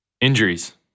Injuries